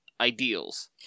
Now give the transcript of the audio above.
ideals